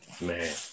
Man